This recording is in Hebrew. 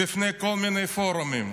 בפני כל מיני פורומים,